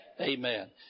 Amen